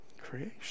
Creation